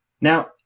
Now